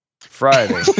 Friday